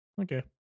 Okay